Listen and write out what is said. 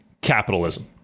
capitalism